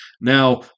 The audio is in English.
Now